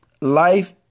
life